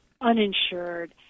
uninsured